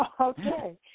Okay